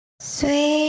Sweet